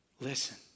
listen